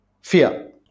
fear